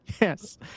Yes